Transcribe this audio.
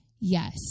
yes